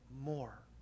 more